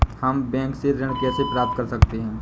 हम बैंक से ऋण कैसे प्राप्त कर सकते हैं?